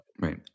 Right